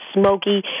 smoky